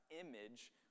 image